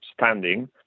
standing